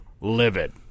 livid